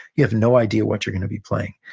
you have no idea what you're going to be playing,